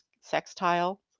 Sextile